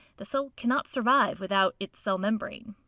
the cell cannot survive without its cell membrane.